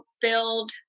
build